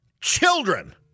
children